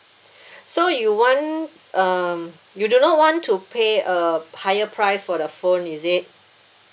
so you want uh you do not want to pay uh higher price for the phone is it